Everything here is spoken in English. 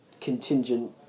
contingent